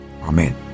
Amen